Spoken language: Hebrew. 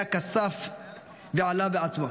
שאליה כסף ועלה בעצמו,